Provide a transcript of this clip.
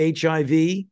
HIV